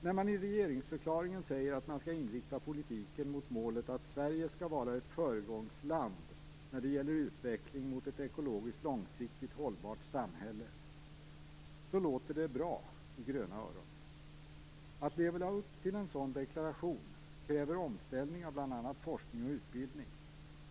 När man i regeringsförklaringen säger att man skall inrikta politiken mot målet att Sverige skall vara ett föregångsland när det gäller utveckling mot ett ekologiskt långsiktigt hållbart samhälle låter det bra i gröna öron. Att leva upp till en sådan deklaration kräver omställning av bl.a. forskning och utbildning.